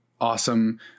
awesome